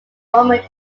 omit